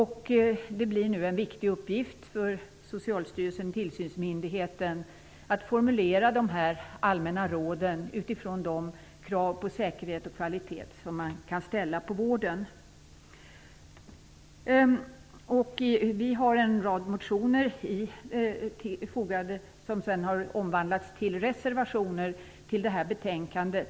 Det blir nu en viktig uppgift för Socialstyrelsen, tillsynsmyndigheten, att formulera dessa allmänna råd utifrån de krav på säkerhet och kvalitet som man kan ställa på vården. Vi har väckt en rad motioner som har lett till reservationer som är fogade till detta betänkande.